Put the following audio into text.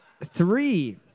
three